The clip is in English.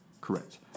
Correct